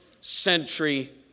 century